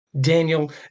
Daniel